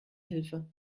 hilfe